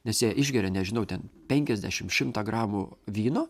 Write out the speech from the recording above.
nes jie išgeria nežinau ten penkiasdešimt šimtą gramų vyno